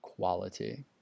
Quality